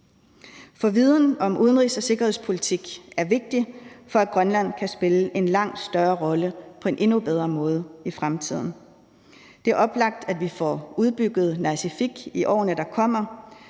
For viden om udenrigs- og sikkerhedspolitik er vigtig, for at Grønland kan spille en langt større rolle på en endnu bedre måde i fremtiden. Det er oplagt, at vi får udbygget Nasiffik i årene, der kommer.